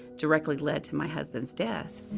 directly led to my husband's death,